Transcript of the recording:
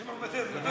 ג'מאל זחאלקה,